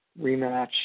rematch